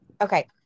Okay